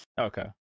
Okay